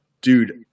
Dude